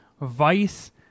Vice